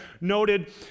noted